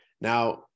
now